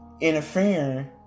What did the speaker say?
interfering